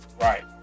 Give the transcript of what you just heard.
Right